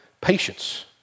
patience